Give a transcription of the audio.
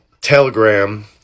Telegram